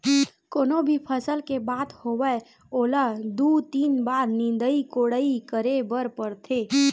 कोनो भी फसल के बात होवय ओला दू, तीन बार निंदई कोड़ई करे बर परथे